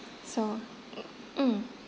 so mm